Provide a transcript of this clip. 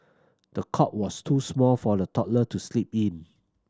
the cot was too small for the toddler to sleep in